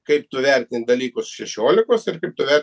kaip tu vertinti dalykus šešiolikos ir kaip tu ver